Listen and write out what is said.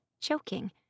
choking